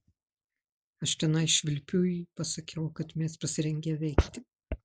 aš tenai švilpiui pasakiau kad mes pasirengę veikti